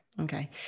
okay